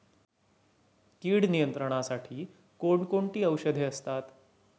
कीड नियंत्रणासाठी कोण कोणती औषधे असतात?